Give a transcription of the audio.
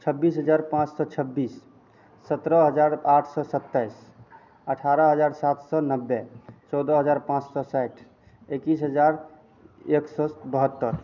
छब्बीस हज़ार पाँच सौ छब्बीस सतरह हज़ार आठ सौ सत्ताइस अठारह हज़ार सात सौ नब्बे चौदह हज़ार पाँच सौ साठ इक्कीस हज़ार एक सौ बहत्तर